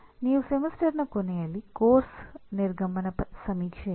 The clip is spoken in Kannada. ನೀವು ಸೆಮಿಸ್ಟರ್ನ ಕೊನೆಯಲ್ಲಿ ಪಠ್ಯಕ್ರಮದ ನಿರ್ಗಮನ ಸಮೀಕ್ಷೆಯನ್ನು ನಡೆಸುತ್ತೀರಿ